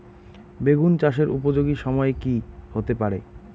বেগুন চাষের উপযোগী সময় কি হতে পারে?